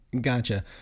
Gotcha